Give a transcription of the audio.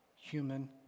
human